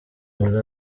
muri